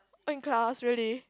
oh in class really